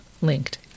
linked